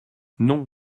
non